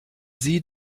sie